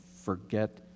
forget